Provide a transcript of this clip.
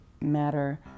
matter